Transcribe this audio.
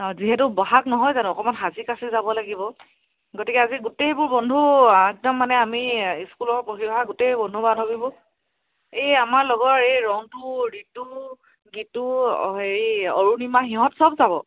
অঁ যিহেতু ব'হাগ নহয় জানো অকণমান সাজি কাচি যাব লাগিব গতিকে আজি গোটেইবোৰ বন্ধু একদম মানে আমি স্কুলৰ পঢ়ি অহা গোটেইবোৰ বন্ধু বান্ধৱীবোৰ এই আমাৰ লগৰ এই ৰন্তু ৰীতু গীতু অঁ হেৰি অৰুণিমা সিহঁত চব যাব